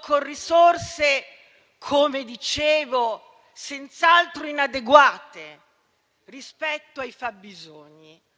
con risorse, come dicevo, senz'altro inadeguate rispetto ai fabbisogni,